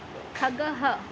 खगः